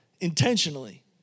intentionally